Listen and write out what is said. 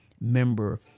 member